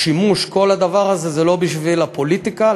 וכל הדבר הזה הוא לא בשביל הפוליטיקה,